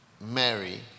Mary